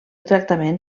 tractament